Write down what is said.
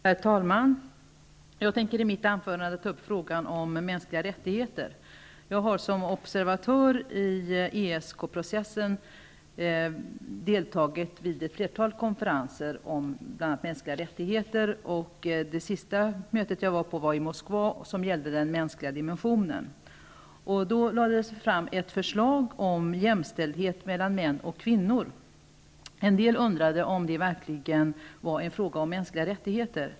Herr talman! Jag tänker i mitt anförande ta upp frågan om mänskliga rättigheter. Jag har som observatör deltagit i flera ESK-konferenser. Jag har bl.a. följt de tre mötena om mänskliga rättigheter. Det sista mötet jag deltog i hölls i Moskva och gällde den mänskliga dimensionen. Då lades det bl.a. fram ett förslag om jämställdhet mellan män och kvinnor. En del undrade om detta verkligen var en fråga om mänskliga rättigheter.